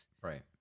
Right